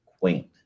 quaint